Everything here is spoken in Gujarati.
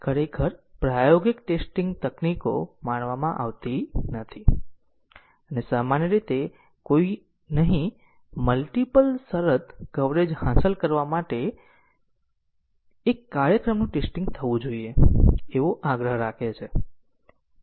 તેથી જે તમામ પાથ ટેસ્ટીંગ તરીકે ટેસ્ટીંગ દ્વારા લગભગ ધાર હાંસલ કરશે પરંતુ ટેસ્ટીંગ કેસોની વ્યવસ્થા કરવા યોગ્ય સંખ્યાની જરૂર પડશે